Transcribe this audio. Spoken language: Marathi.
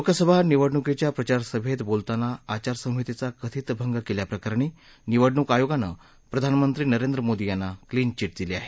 लोकसभा निवडणुकीच्या प्रचारसभेत बोलताना आचारसंहितेचा कथित भंग केल्याप्रकरणी निवडणूक आयोगानं प्रधानमंत्री नरेंद्र मोदी यांना क्लीन चिट दिली आहे